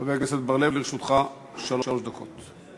חבר הכנסת בר-לב, לרשותך שלוש דקות.